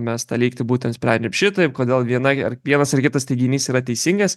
mes tą lygtį būtent sprendžiam šitaip kodėl viena ar vienas ar kitas teiginys yra teisingas